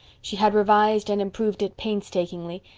she had revised and improved it painstakingly,